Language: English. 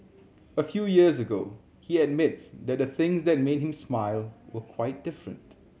a few years ago he admits that the things that made him smile were quite different